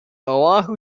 oahu